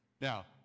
Now